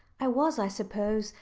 i was, i suppose,